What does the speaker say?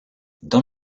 dans